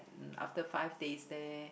after five days then